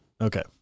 Okay